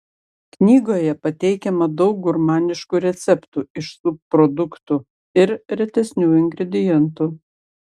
knygoje pateikiama daug gurmaniškų receptų iš subproduktų ir retesnių ingredientų